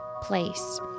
place